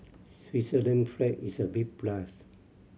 Switzerland flag is a big plus